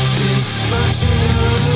dysfunctional